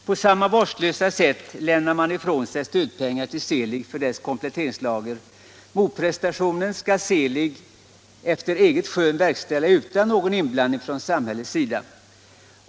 På samma vårdslösa sätt lämnar man ifrån sig stödpengar till Seelig för dess kompletteringslager. Motprestationerna skall Seelig efter eget skön verkställa utan någon inblandning från samhällets sida.